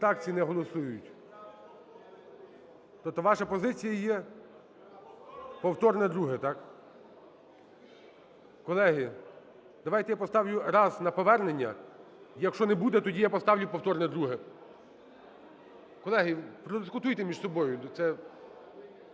фракції не голосують. Тобто ваша позиція є… повторне друге, так? Колеги, давайте я поставлю раз на повернення. Якщо не буде, тоді я поставлю повторне друге. Колеги, подискутуйте між собою, це…